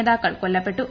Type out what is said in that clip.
നേതാക്കൾ കൊല്ലപ്പെട്ടു